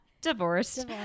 Divorced